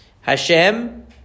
Hashem